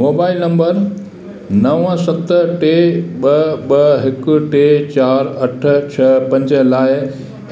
mobile number नव सत टे ॿ ॿ हिकु टे चारि अठ छह पंज लाइ